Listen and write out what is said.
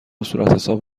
صورتحساب